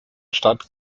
stadt